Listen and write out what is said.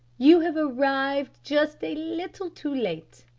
you have arrived just a little too late.